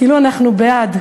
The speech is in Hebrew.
כאילו אנחנו בעד,